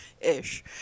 ish